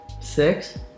Six